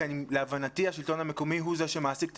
כי להבנתי השלטון המקומי הוא זה שמעסיק את